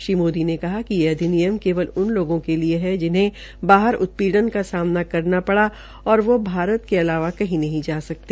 श्री मोदी ने कहा कि यह अधिनियम केवल उन लोगों के लिए जिन्हे बाहर उत्पीड़न का सामना करना पड़ा और वो भारत के अलावा कही नहीं जा सकते